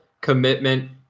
commitment